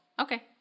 Okay